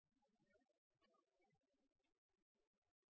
hadde